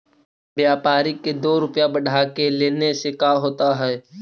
व्यापारिक के दो रूपया बढ़ा के लेने से का होता है?